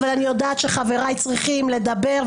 אבל אני יודעת שחבריי צריכים לדבר,